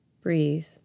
Breathe